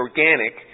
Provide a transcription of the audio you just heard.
organic